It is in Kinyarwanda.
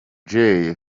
jay